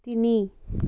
তিনি